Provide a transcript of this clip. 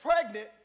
pregnant